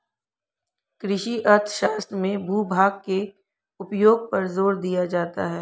कृषि अर्थशास्त्र में भूभाग के उपयोग पर जोर दिया जाता है